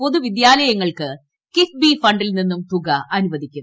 പൊതു വിദ്യാലയങ്ങൾക്ക് കിഫ്ബി ഫണ്ടിൽ നിന്ന് തുക അനുവദിക്കും